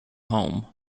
home